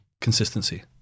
Consistency